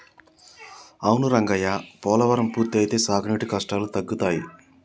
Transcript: అవును రంగయ్య పోలవరం పూర్తి అయితే సాగునీరు కష్టాలు తగ్గుతాయి